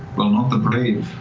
nott the brave,